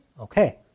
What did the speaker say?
Okay